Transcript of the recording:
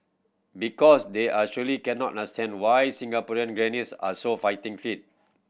because they are surely cannot understand why Singaporean grannies are so fighting fit